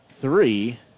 three